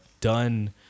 done